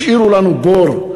השאירו לנו בור,